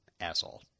asshole